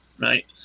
right